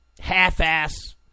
half-ass